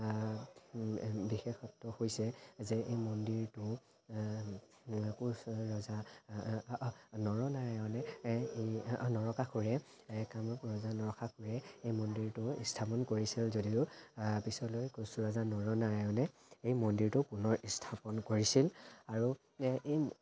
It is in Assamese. বিশেষত্ব হৈছে যে এই মন্দিৰটো কোঁচ ৰজা নৰনাৰায়নে নৰকাসুৰে কামৰূপ ৰজা নৰকাসুৰে এই মন্দিৰটো স্থাপন কৰিছিল যদিও পিছলৈ কোঁচ ৰজা নৰনাৰায়নে এই মন্দিৰটো পুনৰ স্থাপন কৰিছিল আৰু এই